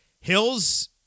Hill's